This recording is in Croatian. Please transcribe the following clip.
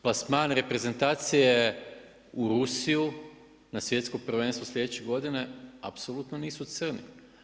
Plasman reprezentacije je u Rusiju na svjetsko prvenstvo sljedeće godine apsolutno nisu crni.